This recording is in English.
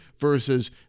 versus